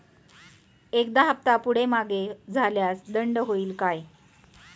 एखादा हफ्ता पुढे मागे झाल्यास दंड होईल काय?